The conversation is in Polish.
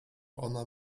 ona